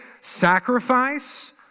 sacrifice